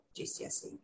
GCSE